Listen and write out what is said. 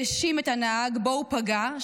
האשים את הנהג שבו הוא פגע,